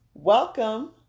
Welcome